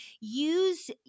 use